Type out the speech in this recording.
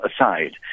aside